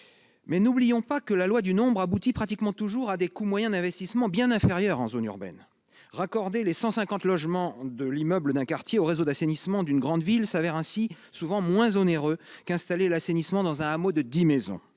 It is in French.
Mais n'oublions pas que la loi du nombre aboutit pratiquement toujours à des coûts moyens d'investissement bien inférieurs en zone urbaine. Raccorder les 150 logements de l'immeuble d'un quartier au réseau d'assainissement d'une grande ville se révèle ainsi souvent moins onéreux qu'installer l'assainissement dans un hameau de 10 maisons.